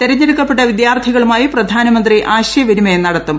തെരഞ്ഞെടുക്കപ്പെട്ട വിദ്യാർത്ഥികളുമായി പ്രധാനമന്ത്രി ആശയവിനിമയം നടത്തും